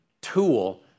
tool